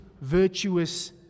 virtuous